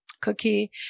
Cookie